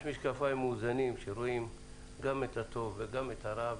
יש משקפיים מאוזנים שרואים גם את הטוב וגם את הרע,